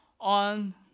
on